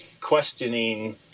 questioning